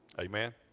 Amen